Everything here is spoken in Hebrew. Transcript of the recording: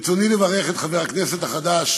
ברצוני לברך את חבר הכנסת החדש